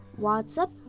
whatsapp